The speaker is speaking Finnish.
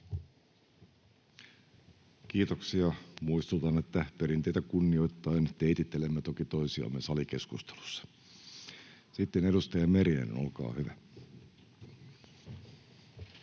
Kiitoksia. — Muistutan, että perinteitä kunnioittaen teitittelemme toki toisiamme salikeskustelussa. — Sitten edustaja Merinen, olkaa hyvä.